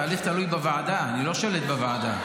התהליך תלוי בוועדה, אני לא שולט בוועדה.